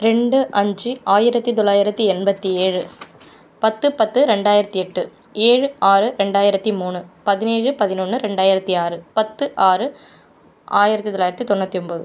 ரெண்டு அஞ்சு ஆயிரத்து தொள்ளாயிரத்து எண்பத்தி ஏழு பத்து பத்து ரெண்டாயிரத்து எட்டு ஏழு ஆறு ரெண்டாயிரத்து மூணு பதினேழு பதினொன்று ரெண்டாயிரத்து ஆறு பத்து ஆறு ஆயிரத்து தொள்ளாயிரத்து தொண்ணூத்து ஒம்பது